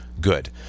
good